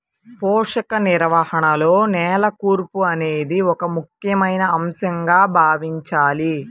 పోషక నిర్వహణలో నేల కూర్పు అనేది ఒక ముఖ్యమైన అంశంగా భావించాలి